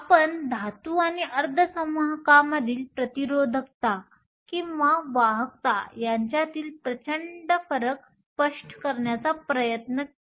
आपण धातू आणि अर्धसंवाहकांमधील प्रतिरोधकता किंवा वाहकता यांच्यातील प्रचंड फरक स्पष्ट करण्याचा प्रयत्न करीत होतो